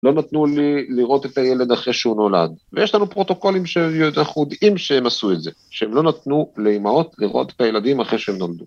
‫לא נתנו לי לראות את הילד אחרי שהוא נולד. ‫ויש לנו פרוטוקולים שאנחנו יודעים ‫שהם עשו את זה, ‫שהם לא נתנו לאמהות ‫לראות את הילדים אחרי שהם נולדו.